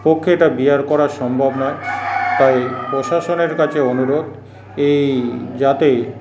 পক্ষে এটা বিয়ার করা সম্ভব নয় তাই প্রশাসনের কাছে অনুরোধ এই যাতে